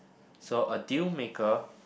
so a deal maker